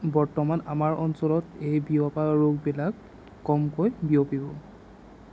বৰ্তমান আমাৰ অঞ্চলত এই বিয়পা ৰোগবিলাক কমকৈ বিয়পিব